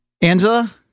Angela